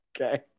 Okay